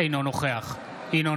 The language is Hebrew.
אינו נוכח ינון